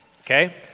okay